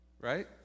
right